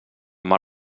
mar